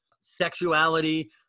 sexuality